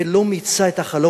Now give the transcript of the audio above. ולא מיצה את החלום הישראלי,